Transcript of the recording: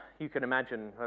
you can imagine,